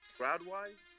crowd-wise